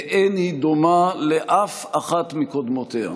כמדומני, ואין היא דומה לאף אחת מקודמותיה: